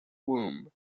womb